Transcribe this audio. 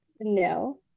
no